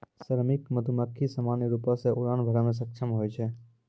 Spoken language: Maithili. श्रमिक मधुमक्खी सामान्य रूपो सें उड़ान भरै म सक्षम होय छै